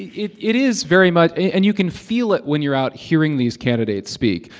it it is very much and you can feel it when you're out hearing these candidates speak.